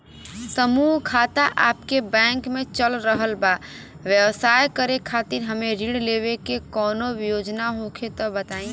समूह खाता आपके बैंक मे चल रहल बा ब्यवसाय करे खातिर हमे ऋण लेवे के कौनो योजना होखे त बताई?